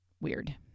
weird